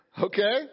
Okay